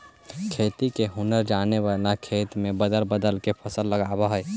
खेती के हुनर जाने वाला खेत में बदल बदल के फसल लगावऽ हइ